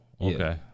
Okay